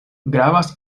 gravas